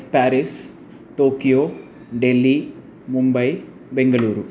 Paris Tokyo Delhi Mumbai Bengaluru